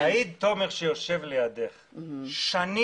יעיד תומר רוזנר שיושב לידך ששנים